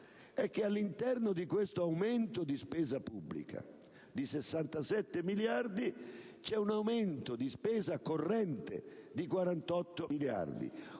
è che all'interno di questo aumento di spesa pubblica di 67 miliardi vi è un aumento di spesa corrente di 48 miliardi,